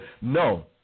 no